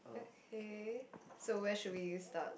okay so where should we start